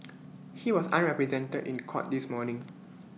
he was unrepresented in court this morning